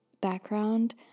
background